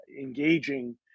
engaging